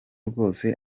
rwose